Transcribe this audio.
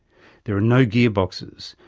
there are no gearboxes,